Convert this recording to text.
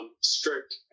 strict